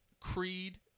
Creed